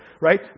Right